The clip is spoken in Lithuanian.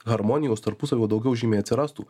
harmonijos tarpusavio daugiau žymiai atsirastų